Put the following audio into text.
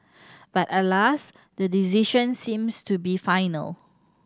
but alas the decision seems to be final